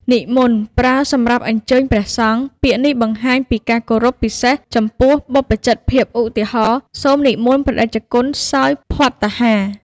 និមន្ត ប្រើសម្រាប់អញ្ជើញព្រះសង្ឃ ពាក្យនេះបង្ហាញពីការគោរពពិសេសចំពោះបព្វជិតភាព ឧទាហរណ៍ សូមនិមន្តព្រះតេជគុណសោយភត្តាហារ។